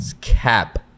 cap